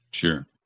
Sure